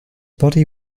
body